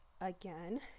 again